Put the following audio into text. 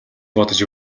бодож